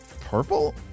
purple